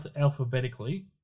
alphabetically